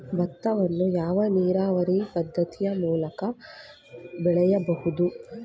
ಭತ್ತವನ್ನು ಯಾವ ನೀರಾವರಿ ಪದ್ಧತಿ ಮೂಲಕ ಬೆಳೆಯಬಹುದು?